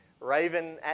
Raven